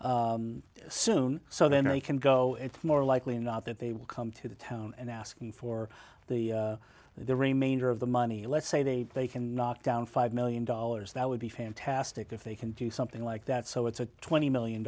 foundations soon so then they can go it's more likely not that they will come to the town and asking for the the remainder of the money let's say they they can knock down five million dollars that would be fantastic if they can do something like that so it's a twenty million